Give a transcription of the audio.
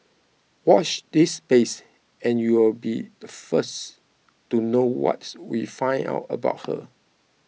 watch this space and you'll be the first to know what we find out about her